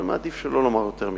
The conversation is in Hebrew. אבל מעדיף שלא לומר יותר מכך.